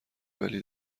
ولی